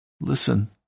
Listen